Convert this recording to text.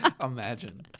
Imagine